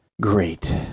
Great